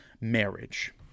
marriage